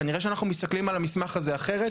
כנראה שאנחנו מסתכלים על המסמך הזה אחרת